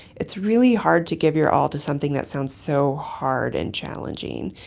it's really hard to give your all to something that sounds so hard and challenging.